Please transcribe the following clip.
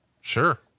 Sure